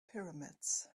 pyramids